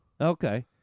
Okay